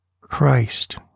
Christ